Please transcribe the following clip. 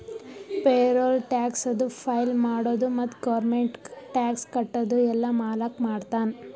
payroll ಟ್ಯಾಕ್ಸದು file ಮಾಡದು ಮತ್ತ ಗೌರ್ಮೆಂಟ್ಗ ಟ್ಯಾಕ್ಸ್ ಕಟ್ಟದು ಎಲ್ಲಾ ಮಾಲಕ್ ಮಾಡ್ತಾನ್